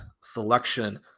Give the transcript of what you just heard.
selection